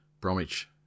Bromwich